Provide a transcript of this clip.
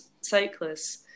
Cyclists